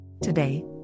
Today